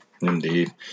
Indeed